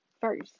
first